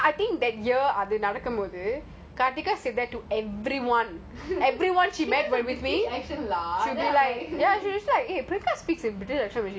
oh that time when we're in your room hurl someone hurl you